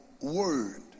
word